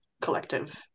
collective